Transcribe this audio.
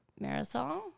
Marisol